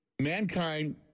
Mankind